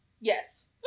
Yes